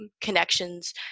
connections